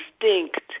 instinct